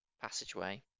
passageway